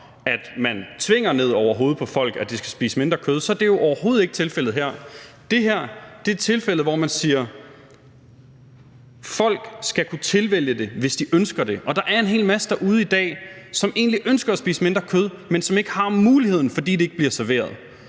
at man tvinger ned over hovedet på folk, at de skal spise mindre kød, så er det jo overhovedet ikke tilfældet her. Det, der her er tilfældet, er, at man siger, at folk skal kunne tilvælge det, hvis de ønsker det. Der er en hel masse derude i dag, som egentlig ønsker at spise mindre kød, men som ikke har muligheden for det, fordi det ikke bliver serveret.